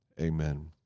amen